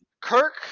Kirk